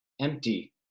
empty